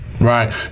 right